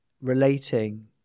relating